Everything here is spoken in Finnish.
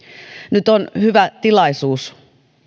nyt on hyvä tilaisuus